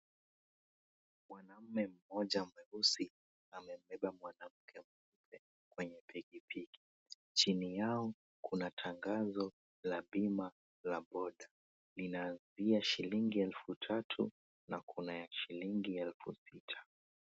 Mwanaume mmoja mweusi amebeba mwanamke 𝑚𝑤𝑒𝑢𝑝𝑒 kwenye pikipiki, chini yao kuna tangazo la bima la [𝑐𝑠]𝑏𝑜𝑎𝑡[𝑐𝑠] linaanzia shilingi elfu tatu na kuna 𝑦𝑎 𝑠ℎ𝑖𝑙𝑖𝑛𝑔𝑖 elfu sita.